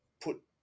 put